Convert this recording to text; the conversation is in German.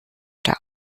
der